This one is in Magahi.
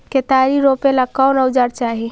केतारी रोपेला कौन औजर चाही?